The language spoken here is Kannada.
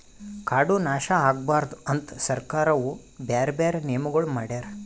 ಕಾಡು ನಾಶ ಆಗಬಾರದು ಅಂತ್ ಸರ್ಕಾರವು ಬ್ಯಾರೆ ಬ್ಯಾರೆ ನಿಯಮಗೊಳ್ ಮಾಡ್ಯಾರ್